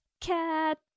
cat